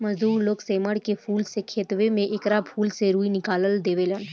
मजदूर लोग सेमर के फूल से खेतवे में एकरा फूल से रूई निकाल देवे लेन